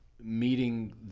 meeting